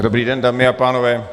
Dobrý den, dámy a pánové.